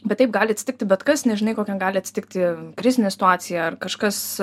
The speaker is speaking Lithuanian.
bet taip gali atsitikti bet kas nežinai kokia gali atsitikti krizinė situacija ar kažkas